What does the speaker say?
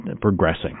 progressing